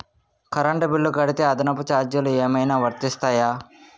Current bill కడితే అదనపు ఛార్జీలు ఏమైనా వర్తిస్తాయా?